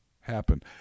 happen